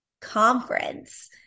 conference